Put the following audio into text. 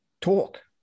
talk